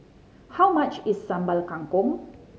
how much is Sambal Kangkong